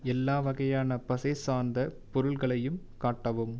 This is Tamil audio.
எல்லா வகையான பசை சார்ந்த பொருட்களையும் காட்டவும்